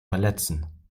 verletzen